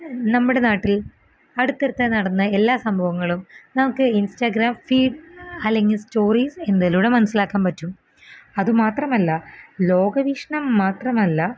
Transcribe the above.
നമ്മുടെ നാട്ടിൽ അടുത്തടുത്തായി നടന്ന എല്ലാ സംഭവങ്ങളും നമുക്ക് ഇൻസ്റ്റാഗ്രാം ഫീഡ് അല്ലെങ്കിൽ സ്റ്റോറീസ് എന്തേലൂടെ മനസിലാക്കാൻ പറ്റും അതുമാത്രമല്ല ലോകവീക്ഷണം മാത്രമല്ല